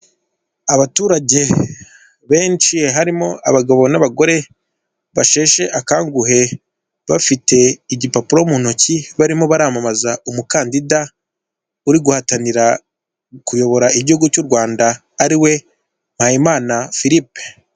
Abaturage benshi harimo abagabo n'abagore bashesha akanguhe bafite igipapuro mu ntoki barimo baramamaza umukandida uri guhatanira kuyobora igihugu cy'u Rwanda ariwe Mpayimana philippe.